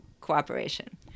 cooperation